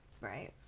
Right